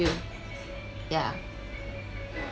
yeah